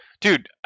Dude